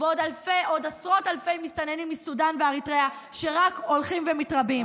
ועוד עשרות אלפי מסתננים מסודאן ואריתריאה שרק הולכים ומתרבים.